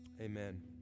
Amen